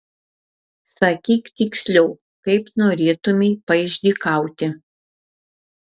sakyk tiksliau kaip norėtumei paišdykauti